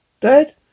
Dad